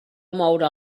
moure